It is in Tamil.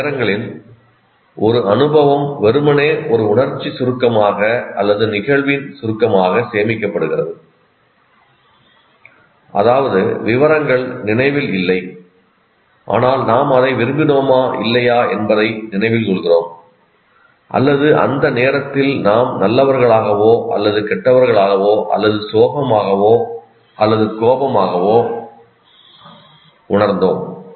சில நேரங்களில் ஒரு அனுபவம் வெறுமனே ஒரு உணர்ச்சி சுருக்கமாக அல்லது நிகழ்வின் சுருக்கமாக சேமிக்கப்படுகிறது அதாவது விவரங்கள் நினைவில் இல்லை ஆனால் நாம் அதை விரும்பினோமா இல்லையா என்பதை நினைவில் கொள்கிறோம் அல்லது அந்த நேரத்தில் நாம் நல்லவர்களாகவோ அல்லது கெட்டவர்களாகவோ அல்லது சோகமாகவோ அல்லது கோபமாகவோ உணர்ந்தோம்